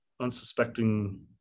unsuspecting